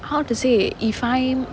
how to say if I'm